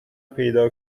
پیدا